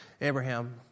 Abraham